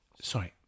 sorry